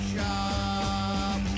Shop